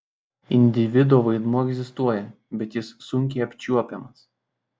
individo vaidmuo egzistuoja bet jis sunkiai apčiuopiamas